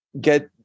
get